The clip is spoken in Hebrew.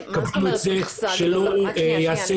קבענו שלא ייעשה